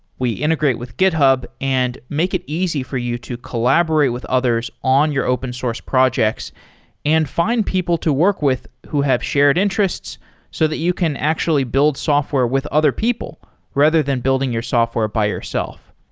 we integrate with github and make it easy for you to collaborate with others on your open source projects and find people to work with who have shared interests so that you can actually build software with other people rather than building your software by yourself.